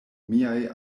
miaj